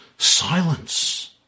Silence